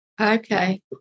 Okay